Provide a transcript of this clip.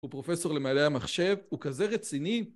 הוא פרופסור למדעי המחשב, הוא כזה רציני